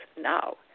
now